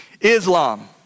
Islam